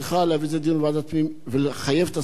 הפנים ולחייב את השר לבוא היא ראויה,